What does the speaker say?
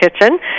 kitchen